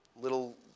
little